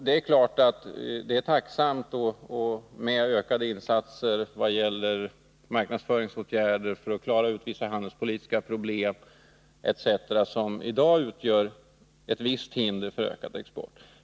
Det är givetvis tacknämligt med ökade insatser vad gäller marknadsföringsåtgärder, att klara ut vissa handelspolitiska problem etc., som i dag utgör ett visst hinder för ökad export.